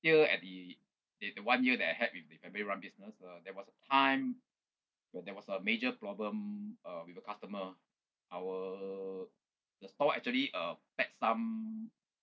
still at the the the one year that I had with the family run business uh there was a time where there was a major problem uh with a customer our the store actually uh packed some